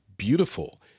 beautiful